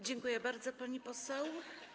Dziękuję bardzo, pani poseł.